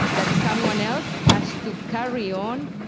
that someone else has to carry on